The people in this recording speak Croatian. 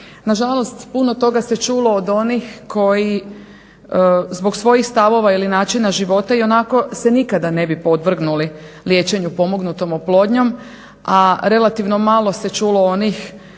Nažalost puno toga se čulo od onih koji, zbog svojih stavova ili načina života ionako se nikada ne bi podvrgnuli liječenju pomognutom oplodnjom, a relativno malo se čulo onih